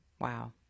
Wow